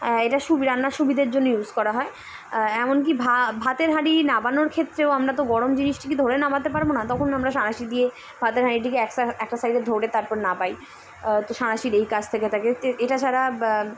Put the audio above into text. এটা সুবি রান্নার সুবিধদের জন্য ইউস করা হয় এমনকি ভ ভাতের হাঁড়ি নাবানোর ক্ষেত্রেও আমরা তো গরম জিনিসটিকে ধরে নাবাতে পারবো না তখন আমরা সাঁড়াশি দিয়ে ভাতের হাঁড়িটিকে একস একটা সাইজে ধরে তারপর নাবাই তো সাঁড়াশির এই কাছ থেকে থাকে এটা ছাড়া